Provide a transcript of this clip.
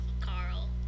Carl